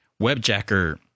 Webjacker